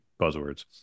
buzzwords